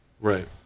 Right